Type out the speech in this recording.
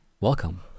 welcome